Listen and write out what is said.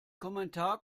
kommentar